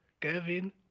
Kevin